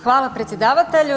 Hvala predsjedavatelju.